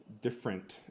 different